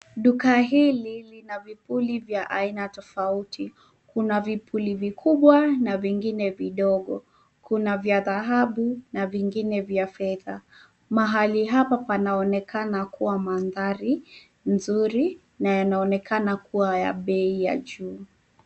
Duka hili lina vipuli vya aina tofauti, kuna vipuli vikubwa na vingine vidogo, kuna vya dhahabu na vingine vya fedha. Mahali hapa panaonekana kuwa mandhari nzuri, na yanaonekana kuwa ya bei ya juu.